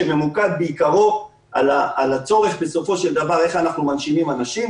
שממוקד בעיקרו בצורך בסופו של דבר להנשים אנשים.